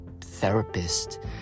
therapist